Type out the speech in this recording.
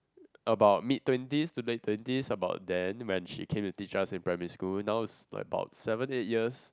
about mid twenties to late twenties about then when she came to teach us in primary school now it's like about seven eight years